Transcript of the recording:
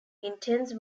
intense